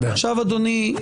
אדוני,